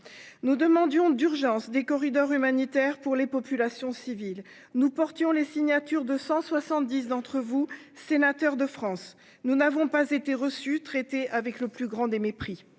Nous demandions d'urgence des corridors humanitaires pour les populations civiles. Nous portons les signatures de 170 d'entre vous, sénateur de France. Nous n'avons pas été reçus traiter avec le plus grand des mépris.